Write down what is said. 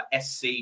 SC